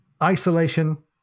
isolation